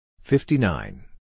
Fifty-nine